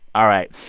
all right,